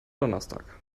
donnerstag